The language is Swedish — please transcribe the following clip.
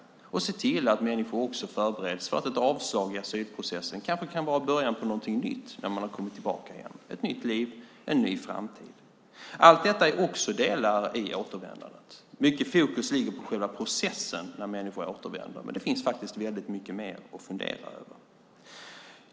Man ska se till att människor också förbereds för att ett avslag i asylprocessen kanske kan vara början på någonting nytt när de har kommit tillbaka hem. Det kan vara ett nytt liv och en ny framtid. Allt detta är också delar i återvändandet. Mycket fokus ligger på själva processen när människor återvänder, men det finns faktiskt mycket mer att fundera över.